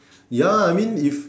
ya I mean if